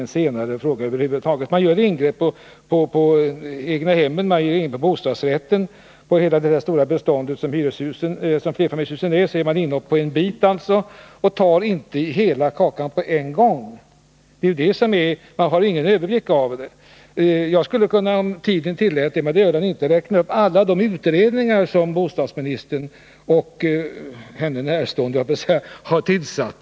Man gör ingrepp när det gäller egnahemmen, man gör ingrepp när det gäller bostadsrätterna, och när det gäller det stora flerfamiljshusbeståndet gör man inhopp på en bit men tar inte upp hela komplexet på en gång. Man har ingen överblick över det. | Om tiden tillät det — men det gör den inte — skulle jag kunna räkna upp alla de utredningar som bostadsministern och henne närstående har tillsatt.